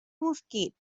mosquit